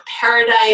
paradise